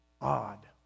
odd